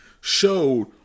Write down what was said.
showed